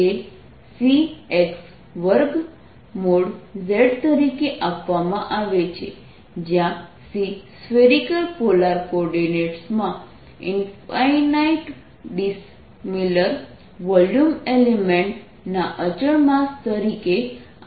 તે Cx2|z| તરીકે આપવામાં આવે છે જ્યાં c સ્ફેરિકલ પોલાર કોઓર્ડિનેટ્સ માં ઈન્ફાઇનાઇટ ડિસમિલર વોલ્યુમ એલિમેન્ટ ના અચળ માસ તરીકે આપવામાં આવે છે